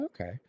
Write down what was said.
Okay